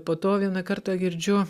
po to vieną kartą girdžiu